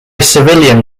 civilian